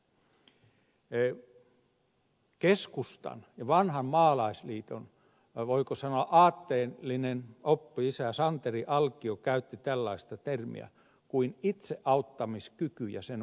keskustan ja vanhan maalaisliiton voiko sanoa aatteellinen oppi isä santeri alkio käytti tällaista termiä kuin itseauttamiskyky ja sen vahvistaminen